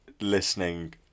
listening